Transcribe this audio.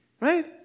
Right